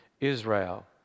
Israel